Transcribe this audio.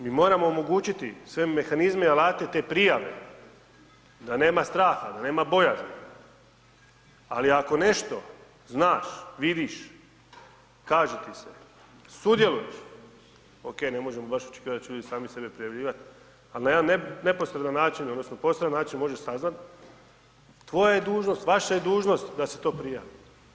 Mi moramo omogućiti sve mehanizme i alate te prijave da nema straha, da nema bojazni ali ako nešto znaš, vidiš, kaže ti se, sudjeluješ, ok ne možemo baš očekivati da će ljudi sami sebe prijavljivati ali na jedan neposredan način odnosno posredan način može saznati tvoja je dužnost, vaša je dužnost da se to prijavi.